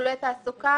ממסלולי תעסוקה